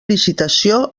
licitació